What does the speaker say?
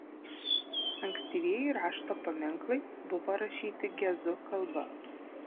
ankstyvieji rašto paminklai buvo rašyti gezu kalba